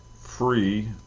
Free